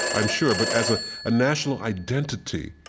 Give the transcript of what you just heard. i'm sure. but as a ah national identity,